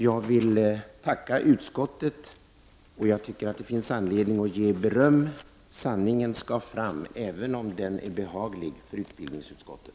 Jag vill tacka utskottet, och jag tycker att det finns anledning att ge beröm. Sanningen skall fram, även om den är behaglig för utbildningsutskottet!